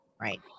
right